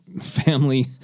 family